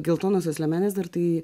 geltonosios liemenės dar tai